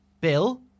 Bill